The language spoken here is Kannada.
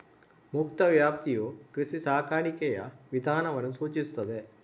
ಮುಕ್ತ ವ್ಯಾಪ್ತಿಯು ಕೃಷಿ ಸಾಕಾಣಿಕೆಯ ವಿಧಾನವನ್ನು ಸೂಚಿಸುತ್ತದೆ